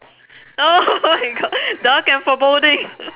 oh my god dark and foreboding